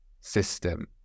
system